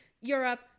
Europe